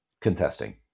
contesting